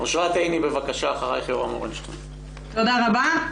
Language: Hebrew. תודה רבה,